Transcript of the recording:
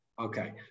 okay